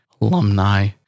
Alumni